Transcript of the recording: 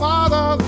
Father